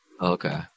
okay